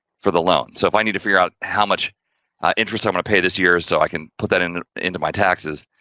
for the loan. so, if i need to figure out how much interest i'm going to pay this year so, i can put that in into my taxes.